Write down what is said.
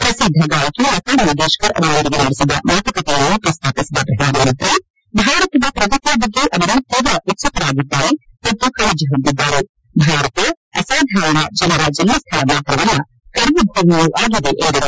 ಪ್ರಸಿದ್ದ ಗಾಯಕಿ ಲತಾ ಮಂಗೇಶ್ಕರ್ ಅವರೊಂದಿಗೆ ನಡೆಸಿದ ಮಾತುಕತೆಯನ್ನು ಪ್ರಸ್ತಾಪಿಸಿದ ಪ್ರಧಾನಮಂತ್ರಿ ಭಾರತದ ಪ್ರಗತಿಯ ಬಗ್ಗೆ ಅವರು ತೀವ್ರ ಉತ್ಸುಕರಾಗಿದ್ದಾರೆ ಮತ್ತು ಕಾಳಜಿ ಹೊಂದಿದ್ದಾರೆ ಭಾರತ ಅಸಾಧಾರಣ ಜನರ ಜನ್ಮಸ್ಥಳ ಮಾತ್ರವಲ್ಲ ಕರ್ಮಭೂಮಿಯೂ ಆಗಿದೆ ಎಂದರು